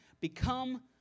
become